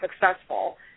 successful